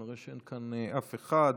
אני רואה שאין כאן אף אחד,